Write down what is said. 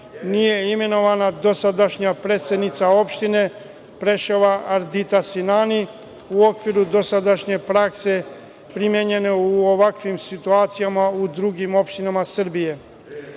nije imenovana dosadašnja predsednica opštine Preševa Ardita Sinani u okviru dosadašnje prakse primenjene u ovakvim situacijama u drugim opštinama Srbije. Pošto